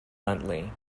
bluntly